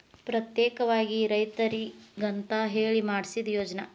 ಪ್ರತ್ಯೇಕವಾಗಿ ರೈತರಿಗಂತ ಹೇಳಿ ಮಾಡ್ಸಿದ ಯೋಜ್ನಾ